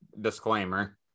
disclaimer